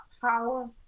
power